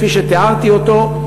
כפי שתיארתי אותו,